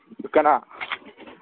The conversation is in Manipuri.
ꯀꯅꯥ